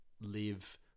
live